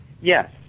Yes